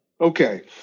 Okay